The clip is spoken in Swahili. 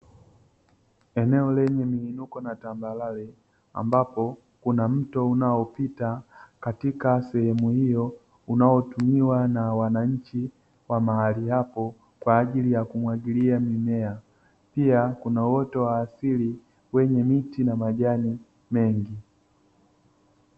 Eneo lenye miinuko na tambarare ambapo kuna mto unaopita katika sehemu hiyo unaotumiwa na wananchi wa mahali hapo, kwa ajili ya kumwagilia mimea pia kuna uoto wa asili wenye miti na majani mengi.